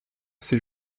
ses